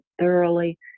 thoroughly